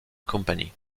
company